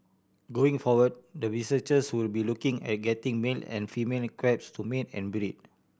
going forward the researchers will be looking at getting male and female crabs to mate and breed